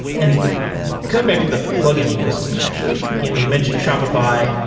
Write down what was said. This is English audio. and coming back to the plugin ecosystem actually, you know you mentioned shopify.